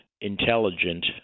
intelligent